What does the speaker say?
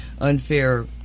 unfair